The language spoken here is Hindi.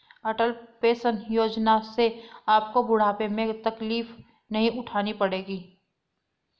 अटल पेंशन योजना से आपको बुढ़ापे में तकलीफ नहीं उठानी पड़ेगी